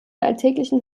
alltäglichen